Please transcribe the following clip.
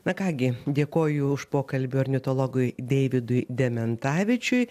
na ką gi dėkoju už pokalbį ornitologui deividui dementavičiui